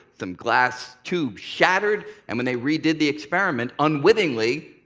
some glass tube shattered, and when they re-did the experiment, unwittingly,